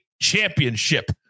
championship